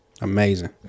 Amazing